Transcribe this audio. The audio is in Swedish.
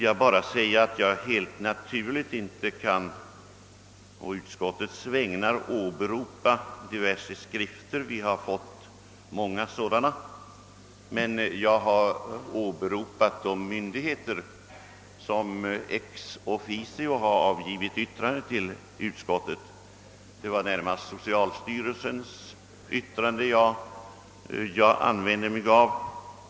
Jag kan helt naturligt inte på utskottets vägnar åberopa diverse skrifter — vi har fått många sådana — men jag kan åberopa de myndigheter som ex officio avgivit yttrande till utskottet. Det var närmast socialstyrelsens yttrande jag använde.